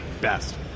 best